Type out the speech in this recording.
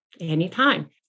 anytime